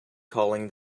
calling